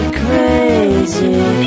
crazy